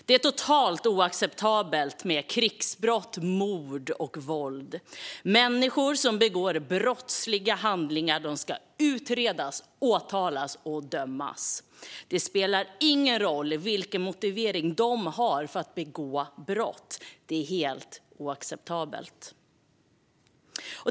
Det är totalt oacceptabelt med krigsbrott, mord och våld. Människor som begår brottsliga handlingar ska utredas, åtalas och dömas. Det spelar ingen roll vilken motivering de har för att begå brott; det är helt oacceptabelt.